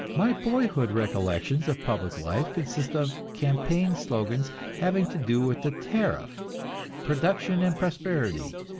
my boyhood recollections of public life consist of campaign slogans having to do with the tariff production and prosperity,